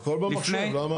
הכל במחשב, למה?